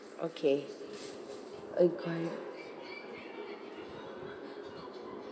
okay enquire